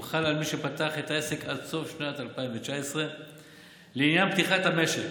הוא חל על מי שפתח את העסק עד סוף שנת 2019. לעניין פתיחת המשק,